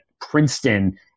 Princeton